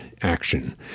action